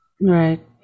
Right